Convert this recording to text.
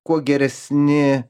kuo geresni